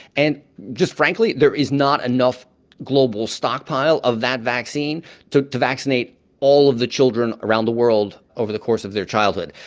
and just, frankly, there is not enough global stockpile of that vaccine to to vaccinate all of the children around the world over the course of their childhood.